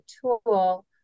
tool